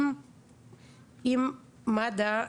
אם מד"א,